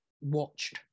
watched